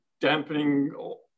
dampening